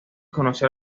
conoció